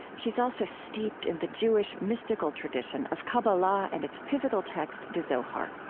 she's also steeped in the jewish mystical tradition of kabbalah and its pivotal text, the zohar.